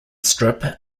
strip